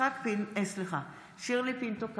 נוכחת שירלי פינטו קדוש,